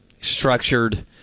structured